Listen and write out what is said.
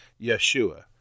Yeshua